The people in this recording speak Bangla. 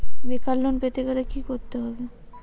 বেকার লোন পেতে গেলে কি করতে হবে?